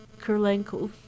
Kurlenko